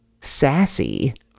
sassy